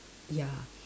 ya